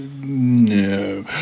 No